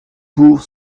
pour